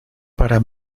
para